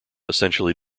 essentially